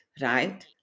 right